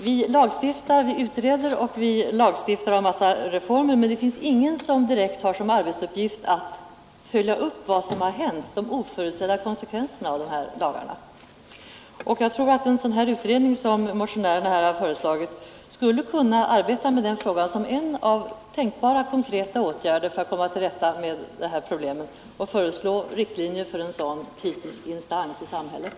Vi utreder och lagstiftar om en mängd reformer, men det finns ingen som direkt har som arbetsuppgift att följa upp de oförutsedda konsekvenserna. Jag tror att en sådan utredning som motionärerna har föreslagit skulle kunna arbeta med detta som en av tänkbara konkreta åtgärder för att komma till rätta med dessa problem — och föreslå riktlinjer för en sådan kritisk instans i samhället.